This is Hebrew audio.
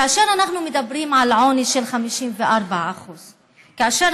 כאשר אנחנו מדברים על עוני של 54%; כאשר